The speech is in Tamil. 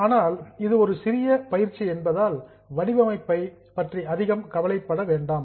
ஆனால் இது ஒரு சிறிய பயிற்சி என்பதால் வடிவமைப்பைப் பற்றி அதிகம் கவலைப்பட வேண்டாம்